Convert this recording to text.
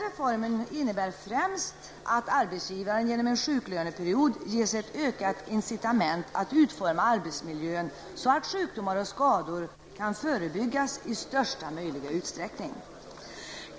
Reformen innebär främst att arbetsgivaren genom en sjuklöneperiod ges ett ökat incitament att utforma arbetsmiljön så, att sjukdomar och skador förebyggs i största möjliga utsträckning.